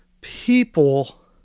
people